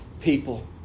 people